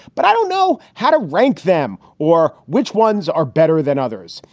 but i don't know how to rank them or which ones are better than others.